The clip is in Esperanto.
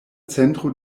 centro